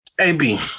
AB